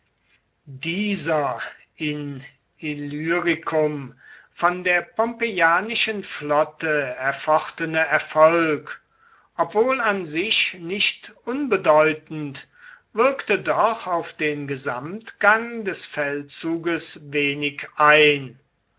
dieser in illyricum von der pompeianischen flotte erfochtene erfolg obwohl an sich nicht unbedeutend wirkte doch auf den gesamtgang des feldzuges wenig ein